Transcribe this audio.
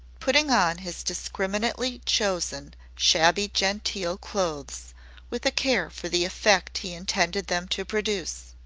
putting on his discriminatingly chosen shabby-genteel clothes with a care for the effect he intended them to produce.